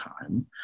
time